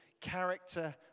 character